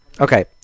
Okay